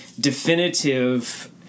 definitive